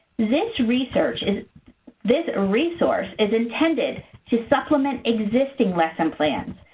this research is this resource is intended to supplement existing lesson plans,